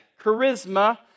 charisma